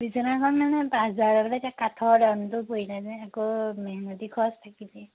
বিছনাখন মানে পাঁচ হেজাৰলৈকে এতিয়া কাঠৰ দামটো পৰি যায় যে আকৌ মেহনতি খৰচ থাকিলেই